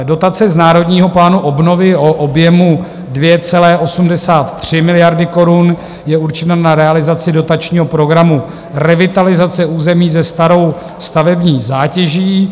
Dotace z Národního plánu obnovy o objemu 2,83 miliardy korun je určena na realizaci dotačního programu Revitalizace území se starou stavební zátěží.